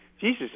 Jesus